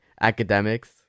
academics